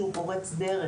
שהוא פורץ דרך,